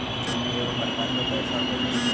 fiat money एगो प्रकार के पैसा होबो हइ